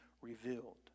revealed